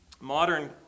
modern